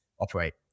operate